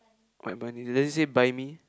alright bunny let's say buy me